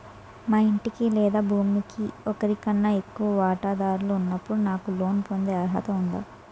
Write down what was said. మా ఇంటికి లేదా భూమికి ఒకరికన్నా ఎక్కువ వాటాదారులు ఉన్నప్పుడు నాకు లోన్ పొందే అర్హత ఉందా?